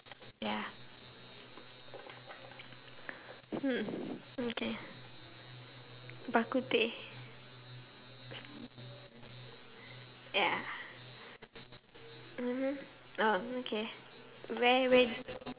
ya hmm okay bak-kut-teh ya mmhmm um okay where where